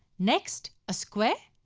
next a square,